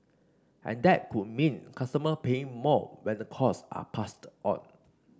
and that could mean customer paying more when the cost are passed on